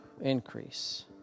Increase